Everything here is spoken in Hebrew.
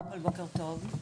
קודם כל בוקר טוב,